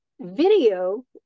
video